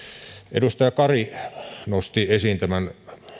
edustaja kari nosti esiin tämän